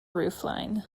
roofline